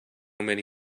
many